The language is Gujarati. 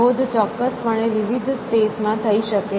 શોધ ચોક્કસપણે વિવિધ સ્પેસ માં થઈ શકે છે